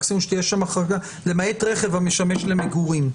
מקסימום שתהיה שם החרגה: למעט רכב המשמש למגורים.